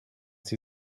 sie